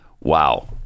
Wow